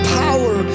power